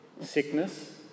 Sickness